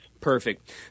perfect